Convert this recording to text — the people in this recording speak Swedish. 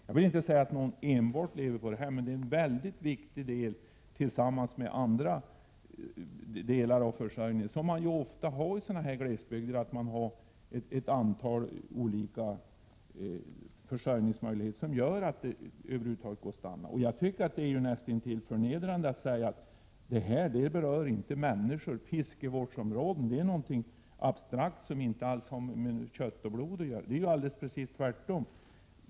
Jag vill inte påstå att människorna lever enbart på den här verksamheten, men den är en mycket viktig del av försörjningen. I glesbygd finns det ju ofta ett antal olika försörjningsmöjligheter som gör att man över huvud taget kan stanna. Jag tycker det är näst intill förnedrande att säga att den här frågan inte berör människor — som om fiskevårdsområden skulle vara något abstrakt som inte alls har med människor av kött och blod att göra. Det är ju precis tvärtom.